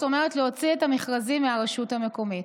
זאת אומרת להוציא את המכרזים מהרשות המקומית.